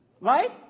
Right